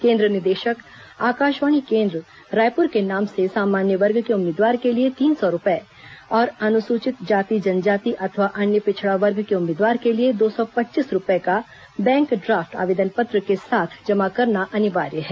केन्द्र निदेशक आकाशवाणी केन्द्र रायपुर के नाम से सामान्य वर्ग के उम्मीदवार के लिए तीन सौ रूपए और अनुसूचित जाति जनजाति तथा अन्य पिछड़ा वर्ग के उम्मीदवार के लिए दो सौ पच्चीस रूपये का बैंक ड्राफ्ट आवेदन पत्र के साथ जमा करना अनिवार्य है